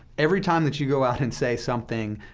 every time that you go out and say something,